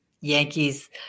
Yankees